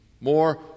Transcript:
more